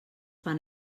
fan